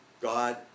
God